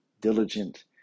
diligent